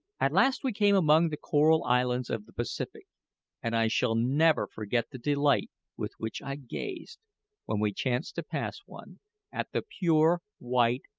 at last we came among the coral islands of the pacific and i shall never forget the delight with which i gazed when we chanced to pass one at the pure white,